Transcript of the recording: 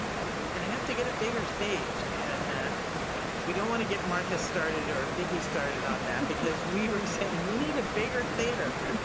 and we're gonna have to get a bigger stage and we don't wanna get martha started or vicki started on that because we were saying, we need a bigger theater!